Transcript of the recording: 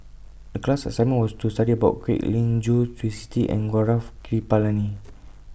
The class assignment was to study about Kwek Leng Joo Twisstii and Gaurav Kripalani